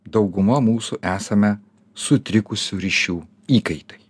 dauguma mūsų esame sutrikusių ryšių įkaitai